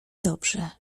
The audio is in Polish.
dobrze